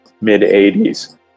mid-80s